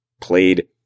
played